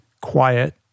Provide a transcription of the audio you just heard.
Quiet